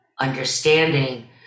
understanding